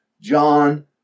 John